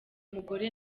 mugore